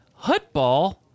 hutball